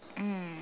mm